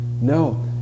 No